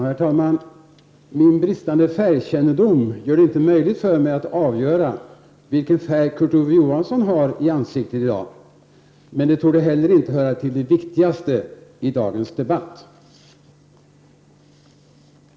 Herr talman! Min bristande färgkännedom gör det inte möjligt för mig att avgöra vilken färg Kurt Ove Johanssons ansikte har i dag, men det torde inte heller höra till det viktigaste i dagens debatt.